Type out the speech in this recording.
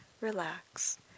relax